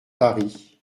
paris